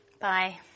Bye